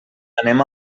anem